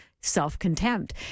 self-contempt